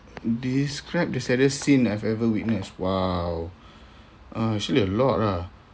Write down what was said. describe the saddest scene that I've ever witnessed !wow! uh actually a lot ah